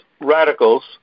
radicals